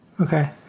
Okay